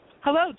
Hello